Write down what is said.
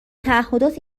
تعهدات